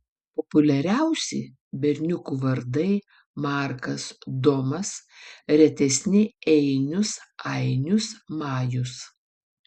populiariausi berniukų vardai markas domas retesni einius ainius majus